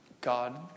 God